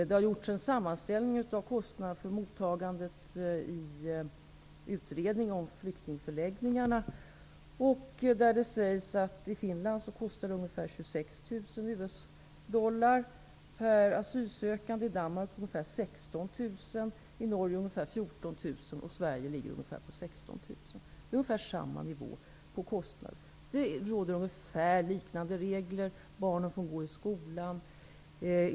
Det har gjorts en sammanställning av kostnaderna för mottagandet i en utredning om flyktingförläggningarna, där det sägs att det i Finland kostar ungefär 26 000 US-dollar per asylsökande, i Danmark ungefär 16 000, i Norge ungefär 14 000 och i Sverige ungefär 16 000. Det är ungefär samma kostnadsnivå. Det råder ungefär liknande regler. Barnen får gå i skola.